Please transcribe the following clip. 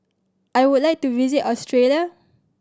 I would like to visit Australia